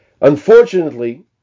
unfortunately